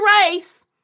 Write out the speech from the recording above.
race